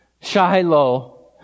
Shiloh